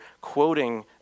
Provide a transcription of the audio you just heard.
quoting